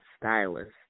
stylist